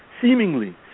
seemingly